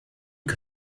que